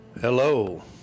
Hello